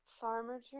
farmer